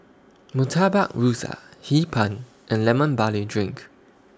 Murtabak Rusa Hee Pan and Lemon Barley Drink